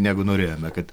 negu norėjome kad